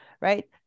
right